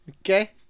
Okay